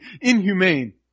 inhumane